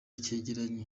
cegeranyo